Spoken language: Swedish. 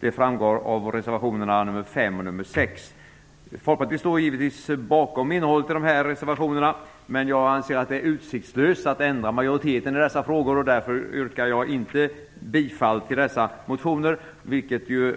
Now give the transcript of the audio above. Det framgår av reservationerna 5 Folkpartiet står givetvis bakom innehållet i de här reservationerna, men jag anser att det är utsiktslöst att ändra på majoritetens uppfattning i dessa frågor, och därför yrkar jag inte bifall till dessa reservationer, vilket ju